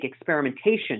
experimentation